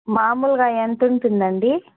మామూలుగా ఎంత ఉంటుంది అండి